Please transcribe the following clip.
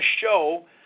show